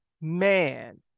man